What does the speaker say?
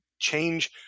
change